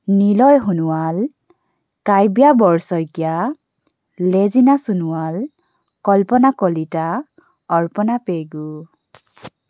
Niloy Sonowal Kabya Borsaikia Lejina Sonowal Kalpana Kalita Arpana Pegu